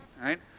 right